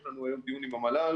יש לנו היום דיון עם המל"ל.